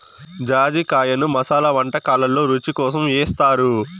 జాజికాయను మసాలా వంటకాలల్లో రుచి కోసం ఏస్తారు